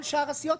כל שאר הסיעות,